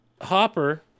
hopper